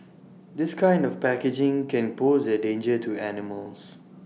this kind of packaging can pose A danger to animals